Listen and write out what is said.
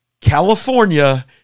California